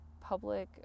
public